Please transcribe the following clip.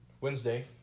Wednesday